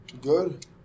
Good